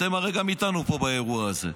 אתם הרי גם איתנו פה באירוע הזה.